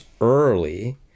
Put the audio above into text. early